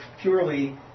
purely